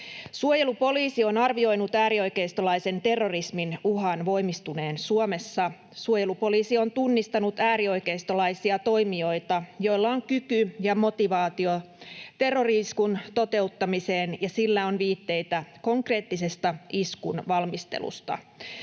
Suojelupoliisi on arvioinut äärioikeistolaisen terrorismin uhan voimistuneen Suomessa. Suojelupoliisi on tunnistanut äärioikeistolaisia toimijoita, joilla on kyky ja motivaatio terrori-iskun toteuttamiseen, ja sillä on viitteitä konkreettisesta iskun valmistelusta.